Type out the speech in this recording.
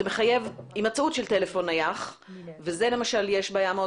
זה מחייב הימצאות של טלפון נייח וכאן יש בעיה מאוד